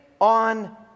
on